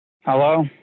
Hello